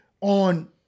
on